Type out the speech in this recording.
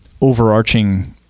overarching